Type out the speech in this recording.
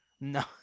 no